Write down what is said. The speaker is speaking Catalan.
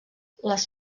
les